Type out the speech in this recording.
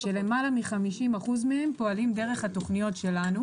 כאשר למעלה מ-50% מהם פועלים דרך התוכניות שלנו.